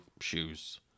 shoes